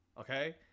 okay